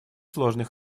сложный